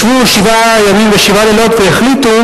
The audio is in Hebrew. ישבו שבעה ימים ושבעה לילות והחליטו